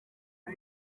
bwa